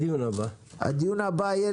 הישיבה ננעלה